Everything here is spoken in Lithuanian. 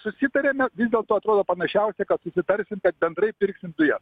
susitarėme vis dėlto atrodo panašiausia kad sutarsim bet bendrai pirksim dujas